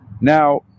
Now